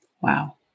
Wow